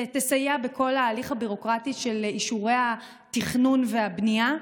תסייע בכל ההליך הביורוקרטי של אישורי התכנון והבנייה,